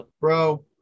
bro